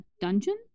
dungeon